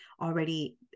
already